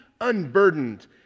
unburdened